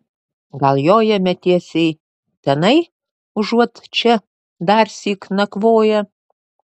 gal jojame tiesiai tenai užuot čia darsyk nakvoję